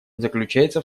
заключается